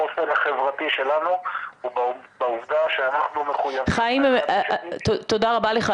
החוסן החברתי שלנו הוא בעובדה שאנחנו מחויבים --- חיים תודה רבה לך,